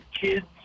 kids